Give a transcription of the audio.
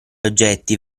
oggetti